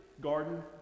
garden